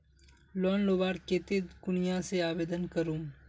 Loan लुबार केते कुनियाँ से आवेदन करूम?